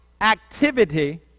activity